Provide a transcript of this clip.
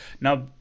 Now